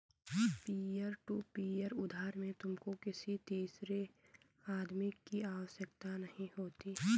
peer to peer उधार में तुमको किसी तीसरे आदमी की आवश्यकता नहीं होती